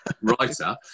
writer